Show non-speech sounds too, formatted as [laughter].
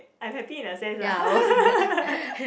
I am happy in a sense lah [laughs]